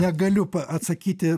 negaliu atsakyti